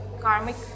karmic